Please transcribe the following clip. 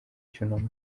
cyunamo